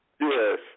Yes